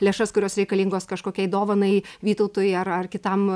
lėšas kurios reikalingos kažkokiai dovanai vytautui ar ar kitam